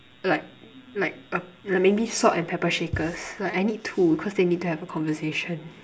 like like uh maybe salt and pepper shakers like I need two cause they need to have a conversation